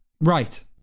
Right